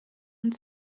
und